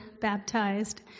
baptized